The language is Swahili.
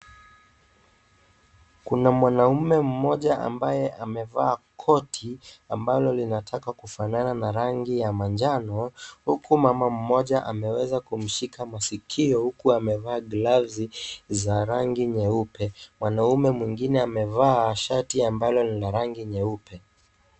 Kuna mwanaume mmoja ambaye amevaa koti, ambalo linataka kufanana na rangi ya manjano, huku mama mmoja ameweza kumshika masikio, huku amevaa glovu za rangi nyeupe. Mwanaume mwingine amevaa shati ambalo lina rangi nyeupe.